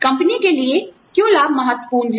company के लिए क्यों लाभ महत्वपूर्ण हैं